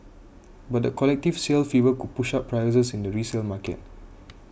but the collective sale fever could push up prices in the resale market